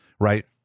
right